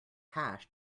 hash